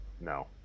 no